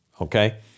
okay